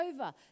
over